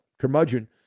curmudgeon